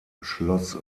schloss